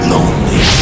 Lonely